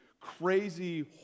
crazy